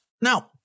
Now